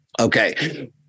okay